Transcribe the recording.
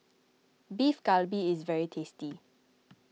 Beef Galbi is very tasty